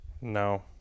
No